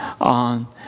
on